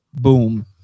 Boom